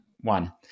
one